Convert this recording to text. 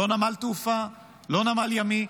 לא נמל תעופה, לא נמל ימי.